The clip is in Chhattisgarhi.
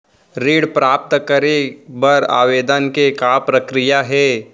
ऋण प्राप्त करे बर आवेदन के का प्रक्रिया हे?